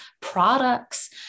products